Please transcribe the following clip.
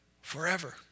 forever